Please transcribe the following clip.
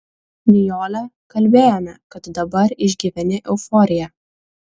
nijole kalbėjome kad dabar išgyveni euforiją